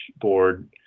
board